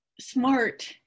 SMART